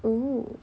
oo